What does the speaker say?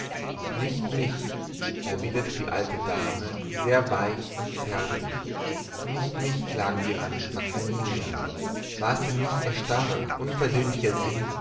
nicht mich erwiderte die alte dame sehr weich und zärtlich nicht mich klagen sie an maximilian war es denn nicht ihr starrer unversöhnlicher sinn